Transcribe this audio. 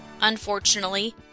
Unfortunately